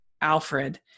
alfred